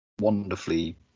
wonderfully